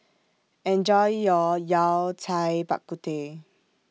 Enjoy your Yao Cai Bak Kut Teh